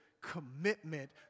commitment